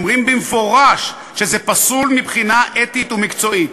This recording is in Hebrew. הם אומרים במפורש שזה פסול מבחינה אתית ומקצועית.